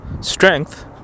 strength